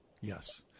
Yes